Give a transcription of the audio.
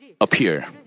appear